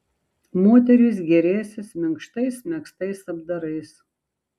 moterys gėrėsis minkštais megztais apdarais